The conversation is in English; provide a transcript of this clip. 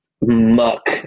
muck